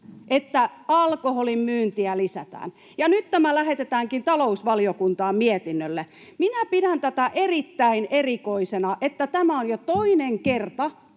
että alkoholin myyntiä lisätään, ja nyt tämä lähetetäänkin talousvaliokuntaan mietinnölle. Minä pidän tätä erittäin erikoisena, että tämä on jo toinen kerta